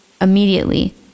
immediately